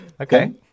Okay